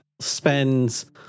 spends